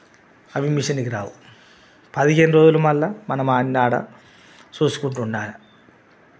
అవి మిషనికి రావు పదిహేను రోజులు మళ్ళా మనం ఆడ చూస్కుంటూ ఉండాలి